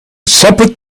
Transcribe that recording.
shepherd